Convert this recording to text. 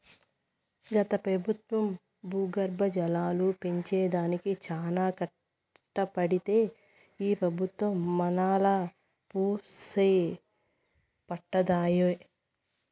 గత పెబుత్వం భూగర్భ జలాలు పెంచే దానికి చానా కట్టబడితే ఈ పెబుత్వం మనాలా వూసే పట్టదాయె